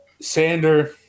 Sander